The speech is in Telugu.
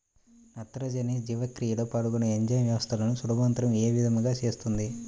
నత్రజని జీవక్రియలో పాల్గొనే ఎంజైమ్ వ్యవస్థలను సులభతరం ఏ విధముగా చేస్తుంది?